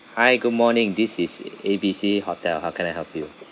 hi good morning this is A_B_C hotel how can I help you